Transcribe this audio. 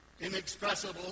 inexpressible